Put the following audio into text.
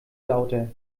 lauter